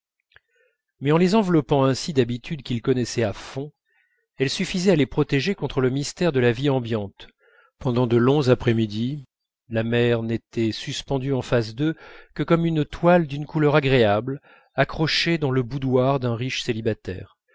mais en les enveloppant ainsi d'habitudes qu'ils connaissaient à fond elle suffisait à les protéger contre le mystère de la vie ambiante pendant de longs après-midi la mer n'était suspendue en face d'eux que comme une toile d'une couleur agréable accrochée dans le boudoir d'un riche célibataire